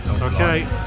Okay